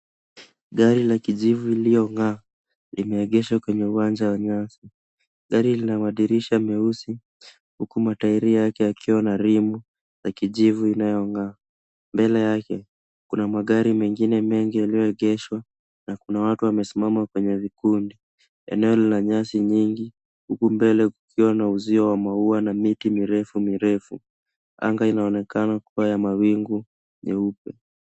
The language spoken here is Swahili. Gari la kijivu lilong'aa, limeegeshwa kwenye uwanja wa nyasi. Gari lina madirisha meusi, huku matairi yake yakiwa na rimu la kijivu inayong'aa. Mbele yake kuna magari mengine mengi yalioegeshwa, na kuna watu wanasimama kwenye vikundi. Eneo lina nyasi nyingi huku mbele kukiwa na uzio wa maua na miti mirefu mirefu. Anga inaonekana kuwa ya mawingu nyeupe.